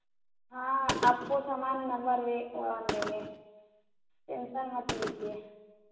हाँ आपको सामान नंबर वे वन देंगे टेंसन मत लीजिए